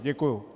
Děkuju.